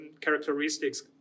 characteristics